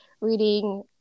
reading